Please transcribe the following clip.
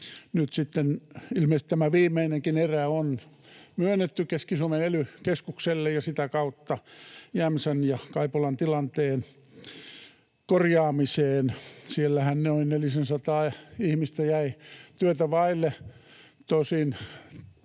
ilmeisesti tämä viimeinenkin erä on myönnetty Keski-Suomen ely-keskukselle ja sitä kautta Jämsän ja Kaipolan tilanteen korjaamiseen. Siellähän noin nelisensataa ihmistä jäi työtä vaille.